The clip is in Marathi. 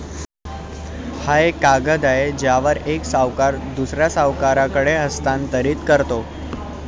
हा एक कागद आहे ज्यावर एक सावकार दुसऱ्या सावकाराकडे हस्तांतरित करतो